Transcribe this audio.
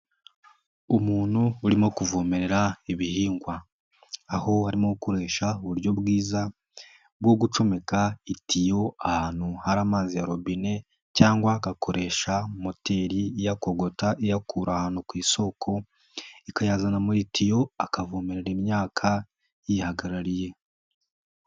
Umuntu urimo kuvomerera ibihingwa, aho arimo gukoresha uburyo bwiza bwo gucomeka itiyo ahantu hari amazi ya robine, cyangwa agakoresha moteri iyakogota, iyakura ahantu ku isoko, ikayazana mu itiyo, akavomerera imyaka yihagarariye.